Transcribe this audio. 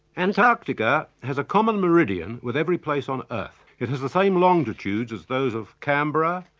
antarctica has a common meridian with every place on earth. ithas the same longitude as those of canberra,